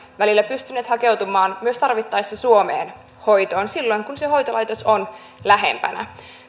välillä pystyneet hakeutumaan myös tarvittaessa suomeen hoitoon silloin kun se hoitolaitos on lähempänä